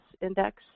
index